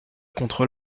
contre